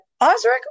Osric